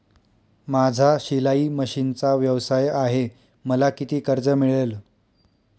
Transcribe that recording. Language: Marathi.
माझा शिलाई मशिनचा व्यवसाय आहे मला किती कर्ज मिळेल?